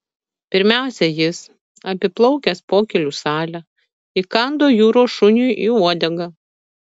pirmiausia jis apiplaukęs pokylių salę įkando jūros šuniui į uodegą